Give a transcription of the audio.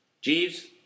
Jeeves